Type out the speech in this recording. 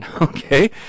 okay